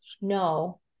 No